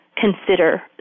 consider